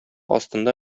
астында